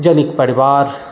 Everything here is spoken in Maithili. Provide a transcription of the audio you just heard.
यदि परिवार